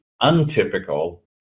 untypical